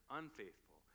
unfaithful